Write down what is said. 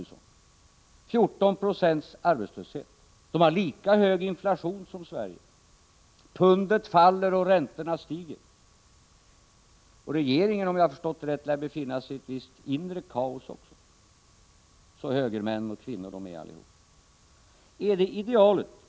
England har 14 96 arbetslöshet och lika hög inflation som Sverige. Pundet faller och räntorna stiger. Regeringen, om jag har förstått det rätt, lär befinna sig i ett visst inre kaos, så högermän och högerkvinnor de är allihop.